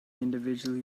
individually